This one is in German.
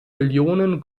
millionen